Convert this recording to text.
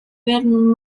where